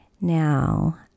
Now